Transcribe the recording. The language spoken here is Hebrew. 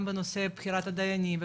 גם בנושא בחירת הדיינים,